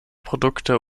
produkte